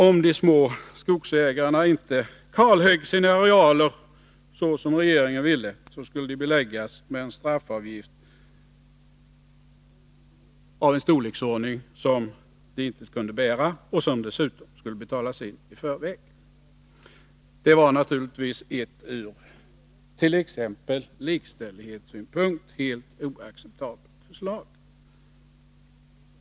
Om de små skogsägarna inte kalhögg sina arealer så som regeringen ville, skulle de beläggas med en straffavgift av en storleksordning som de inte kunde bära och som dessutom skulle betalas in i förväg. Det var naturligtvis ett ur t.ex. likställighetssynpunkt helt oacceptabelt förslag.